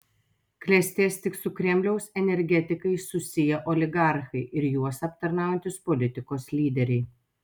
klestės tik su kremliaus energetikais susiję oligarchai ir juos aptarnaujantys politikos lyderiai